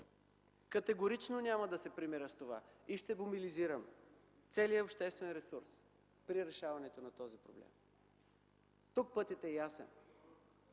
Категорично няма да се примиря с това и ще мобилизирам целия обществен ресурс при решаването на този проблем! Тук пътят е ясен